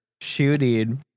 shooting